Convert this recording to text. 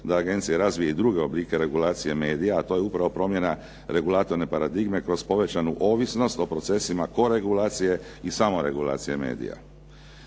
da agencija razvije i druge oblike regulacije medija, a to je upravo promjena regulatorne paradigme kroz povećanu ovisnost o procesima koregulacije i samo regulacije medija.